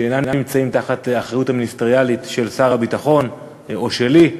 שאינם נמצאים תחת האחריות המיניסטריאלית של שר הביטחון או שלי,